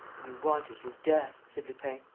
you wanted his death, said lupin,